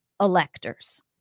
electors